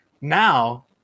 Now